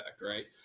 right